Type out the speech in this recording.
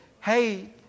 hey